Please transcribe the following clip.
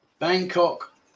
bangkok